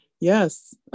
Yes